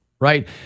right